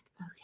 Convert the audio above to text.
okay